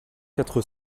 quatre